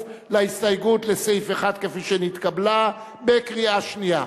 להסתייגות לסעיף 1 כפי שנתקבלה בקריאה שנייה.